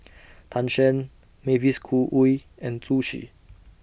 Tan Shen Mavis Khoo Oei and Zhu Xu